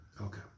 Okay